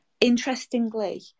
Interestingly